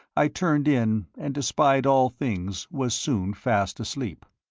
i turned in, and despite all things was soon fast asleep.